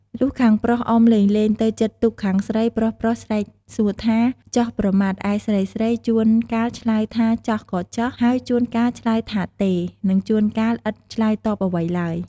លុះខាងប្រុសអុំលេងៗទៅជិតទូកខាងស្រី ប្រុសៗស្រែកសួរថា ចោះប្រមាត់ ឯស្រីៗជួនកាលឆ្លើយ ថា ចោះក៏ចោះ ហើយជួនកាលឆ្លើយថា ទេ និងដូនកាយឥតឆ្លើយតបអ្វីឡើយ។